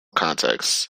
contexts